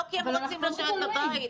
לא כי הם רוצים לשבת בבית.